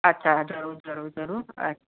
अच्छा ज़रूरु ज़रूरु ज़रूरु